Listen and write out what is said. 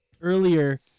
earlier